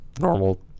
normal